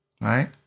right